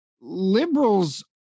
liberals